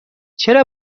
چرا